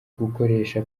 gukoresha